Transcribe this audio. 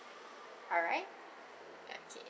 alright okay